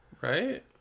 right